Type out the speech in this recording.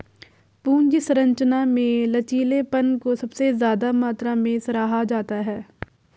पूंजी संरचना में लचीलेपन को सबसे ज्यादा मात्रा में सराहा जाता है